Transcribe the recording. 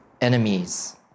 enemies